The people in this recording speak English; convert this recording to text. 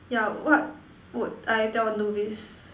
yeah what would I tell novice